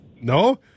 No